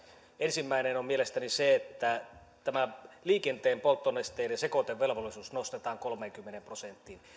ensimmäinen seikka on mielestäni se että tämä liikenteen polttonesteiden sekoitevelvollisuus nostetaan kolmeenkymmeneen prosenttiin